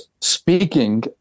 speaking